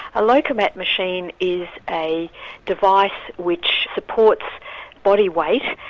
a lokomat machine is a device which supports body weight,